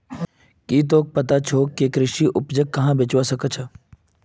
की तोक पता छोक के कृषि उपजक कुहाँ बेचवा स ख छ